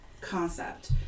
concept